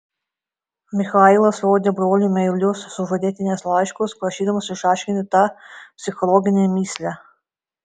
michailas rodė broliui meilius sužadėtinės laiškus prašydamas išaiškinti tą psichologinę mįslę